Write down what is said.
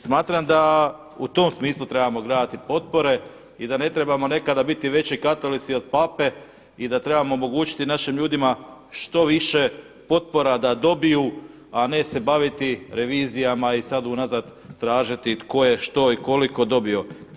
Smatram da u tom smislu trebamo gledati potpore i da ne trebamo nekada biti veći katolici od Pape i da trebamo omogućiti našim ljudima štoviše potpora da dobiju a ne se baviti revizijama i sada unazad tražiti tko je što i koliko dobio.